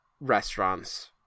restaurants